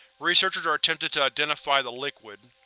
researchers are attempting to identify the liquid.